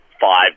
five